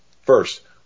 First